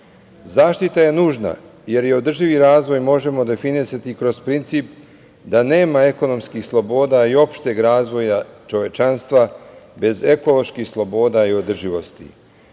je nužna jer održivi razvoj možemo definisati kroz princip da nema ekonomskih sloboda i opšteg razvoja čovečanstva bez ekoloških sloboda i održivosti.